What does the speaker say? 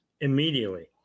immediately